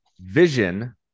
Vision